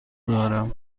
دارم